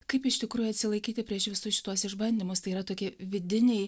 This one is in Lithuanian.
kaip iš tikrųjų atsilaikyti prieš visus šituos išbandymus tai yra tokie vidiniai